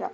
yup